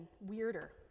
weirder